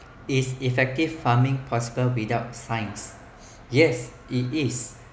is effective farming possible without science yes it is